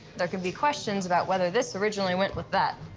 there could be questions about whether this originally went with that.